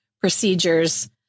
procedures